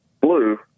blue